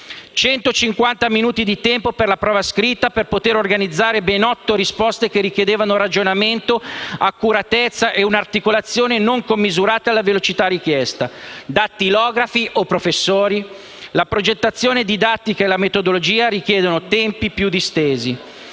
minuti di tempo per la prova scritta per poter organizzare ben otto risposte che richiedevano ragionamento, accuratezza e un'articolazione non commisurate alla velocità richiesta. Dattilografi o professori? La progettazione didattica e la metodologia richiedono tempi più distesi.